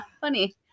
Funny